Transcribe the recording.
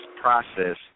process